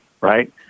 Right